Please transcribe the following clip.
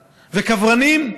וקברנים,